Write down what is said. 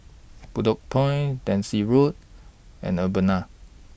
Bedok Point Daisy Road and Urbana